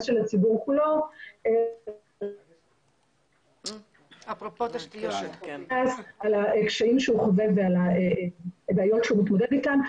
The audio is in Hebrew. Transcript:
של הציבור כולו --- על הקשיים שהוא חווה ועל הבעיות שהוא מתמודד איתן.